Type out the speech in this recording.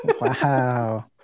Wow